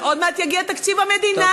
עוד מעט יגיע תקציב המדינה,